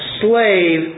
slave